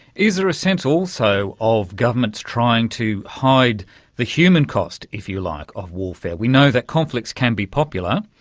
is there a sense also of governments trying to hide the human cost, if you like, of warfare? we know that conflicts can be popular,